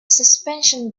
suspension